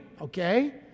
okay